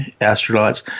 astronauts